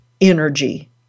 energy